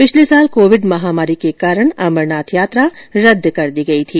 पिछले साल कोविंड महामारी के कारण अमरनाथ यात्रा रद्द कर दी गई थी